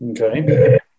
Okay